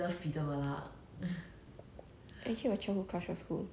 eh no mine is not zac efron 我不是 zac efron